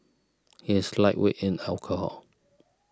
he is lightweight in alcohol